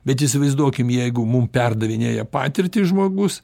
bet įsivaizduokim jeigu mums perdavinėja patirtį žmogus